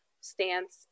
stance